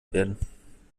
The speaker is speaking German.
werden